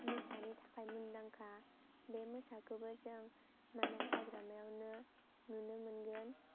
मोसानि थाखाय मुदांखा बे मोसाखौबो जों मानास हाग्रामायावनो नुनो मोनगोन